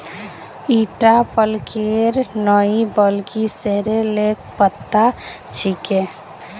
ईटा पलकेर नइ बल्कि सॉरेलेर पत्ता छिके